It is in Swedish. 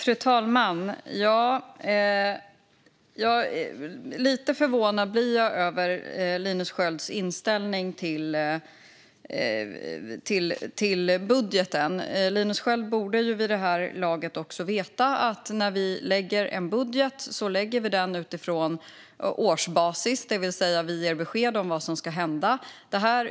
Fru talman! Jag blir lite förvånad över Linus Skölds inställning till budgeten. Linus Sköld borde vid det här laget veta att en budget läggs utifrån årsbasis, det vill säga att vi ger besked om vad som ska hända.